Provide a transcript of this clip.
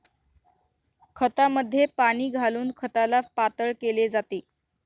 खतामध्ये पाणी घालून खताला पातळ केले जाते